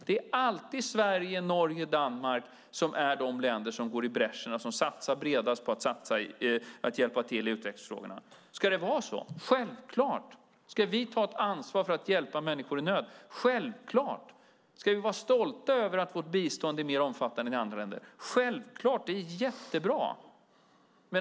Det är alltid Sverige, Norge och Danmark som går i bräschen och satsar bredast på att hjälpa till i utvecklingsfrågorna. Ska det vara så? Självklart ska vi ta ett ansvar för att hjälpa människor i nöd. Självklart ska vi vara stolta över att vårt bistånd är mer omfattande än i andra länder. Det är bra.